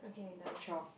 got twelve